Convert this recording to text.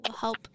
Help